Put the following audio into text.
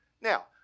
now